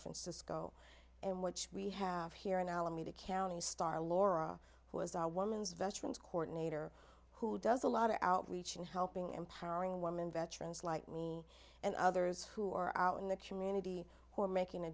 francisco and what we have here in alameda county star laura was a woman's veterans court nater who does a lot of outreach in helping empowering women veterans like me and others who are out in the community who are making a